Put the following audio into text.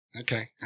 Okay